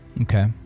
Okay